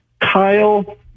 Kyle